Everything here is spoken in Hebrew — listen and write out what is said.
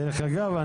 דרך אגב,